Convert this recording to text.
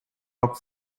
rock